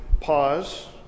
pause